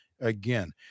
again